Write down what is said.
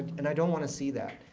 and i don't want to see that.